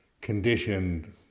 conditioned